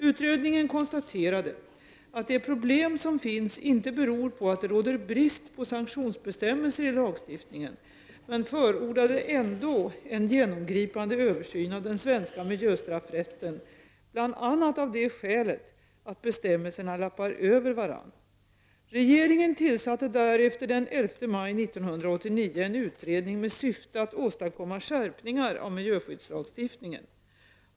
Utredningen konstaterade att de problem som finns inte beror på att det råder brist på sanktionsbestämmelser i lagstiftningen men förordade ändå en genomgripande översyn av den svenska miljöstraffrätten bl.a. av det skälet att bestämmelserna lappar över varandra. Regeringen tillsatte därefter den 11 maj 1989 en utredning med syfte att åstadkomma skärpningar av miljöskyddslagstiftningen.